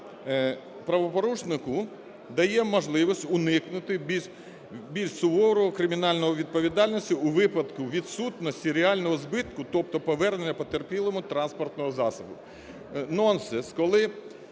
правопорушнику дає можливість уникнути більш суворої кримінальної відповідальності у випадку відсутності реального збитку, тобто повернення потерпілому транспортного засобу. Нонсенс,